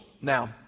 Now